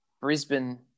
Brisbane